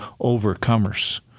overcomers